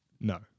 No